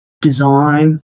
design